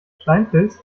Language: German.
steinpilz